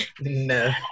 No